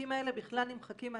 התיקים האלה בכלל נמחקים מהסטטיסטיקה,